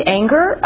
anger